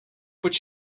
but